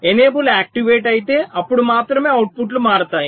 enable activate అయితే అప్పుడు మాత్రమే అవుట్పుట్లు మారుతాయి